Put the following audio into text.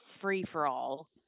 free-for-all